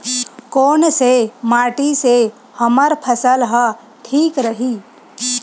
कोन से माटी से हमर फसल ह ठीक रही?